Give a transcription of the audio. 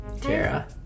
Tara